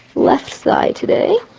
left side today.